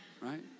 right